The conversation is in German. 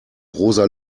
rosa